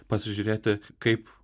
pasižiūrėti kaip